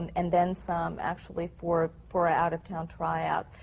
and then some, actually, for for our out-of-town tryout.